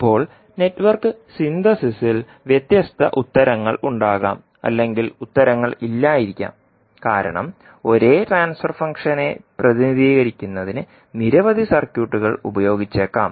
ഇപ്പോൾ നെറ്റ്വർക്ക് സിന്തസിസിൽ വ്യത്യസ്ത ഉത്തരങ്ങളുണ്ടാകാം അല്ലെങ്കിൽ ഉത്തരങ്ങളില്ലായിരിക്കാം കാരണം ഒരേ ട്രാൻസ്ഫർ ഫംഗ്ഷനെ പ്രതിനിധീകരിക്കുന്നതിന് നിരവധി സർക്യൂട്ടുകൾ ഉപയോഗിച്ചേക്കാം